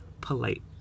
polite